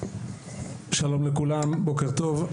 שלום לכולם בוקר טוב.